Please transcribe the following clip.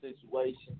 situation